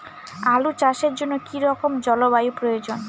আলু চাষের জন্য কি রকম জলবায়ুর প্রয়োজন?